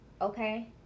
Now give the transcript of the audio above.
okay